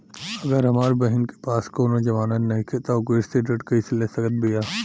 अगर हमार बहिन के पास कउनों जमानत नइखें त उ कृषि ऋण कइसे ले सकत बिया?